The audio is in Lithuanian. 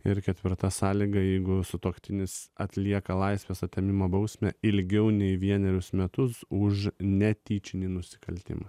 ir ketvirta sąlyga jeigu sutuoktinis atlieka laisvės atėmimo bausmę ilgiau nei vienerius metus už netyčinį nusikaltimą